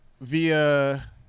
via